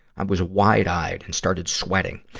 i was wide-eyed and started sweating.